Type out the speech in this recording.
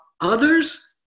others